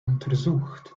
untersucht